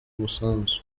musanzu